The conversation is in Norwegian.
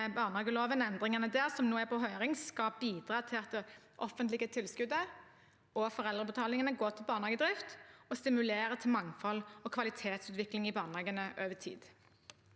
barnehageloven – endringene der som nå er på høring – skal bidra til at det offentlige tilskuddet og foreldrebetalingen går til barnehagedrift og stimulerer til mangfold og kvalitetsutvikling i barnehagene over tid.